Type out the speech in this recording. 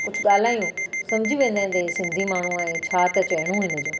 कुझु ॻाल्हायूं सम्झी वेंदा आहिनि भई इहे सिंधी माण्हू आहियूं छा त चइणो हिनजो